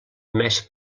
més